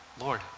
Lord